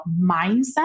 mindset